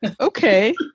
okay